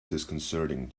disconcerting